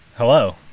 Hello